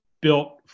built